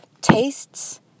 tastes